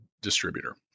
distributor